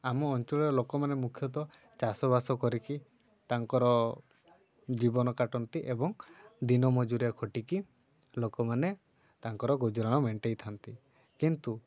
ଆମ ଅଞ୍ଚଳର ଲୋକମାନେ ମୁଖ୍ୟତଃ ଚାଷବାସ କରିକି ତାଙ୍କର ଜୀବନ କାଟନ୍ତି ଏବଂ ଦିନ ମଜୁରିଆ ଖଟିକି ଲୋକମାନେ ତାଙ୍କର ଗୁଜୁରାଣ ମେଣ୍ଟେଇଥାନ୍ତି କିନ୍ତୁ